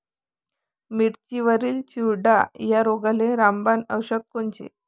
मिरचीवरील चुरडा या रोगाले रामबाण औषध कोनचे?